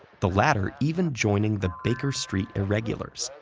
the latter even joining the baker street irregulars,